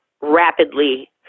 rapidly